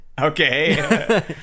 Okay